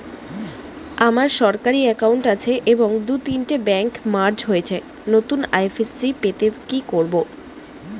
আমার সরকারি একাউন্ট আছে এবং দু তিনটে ব্যাংক মার্জ হয়েছে, নতুন আই.এফ.এস.সি পেতে কি করব?